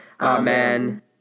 Amen